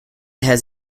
has